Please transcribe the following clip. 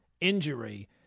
injury